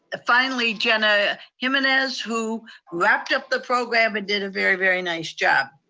ah finally jena jimenez who wrapped up the program and did a very, very nice job.